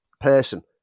person